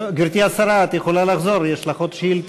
גברתי השרה, את יכולה לחזור, יש לך עוד שאילתה.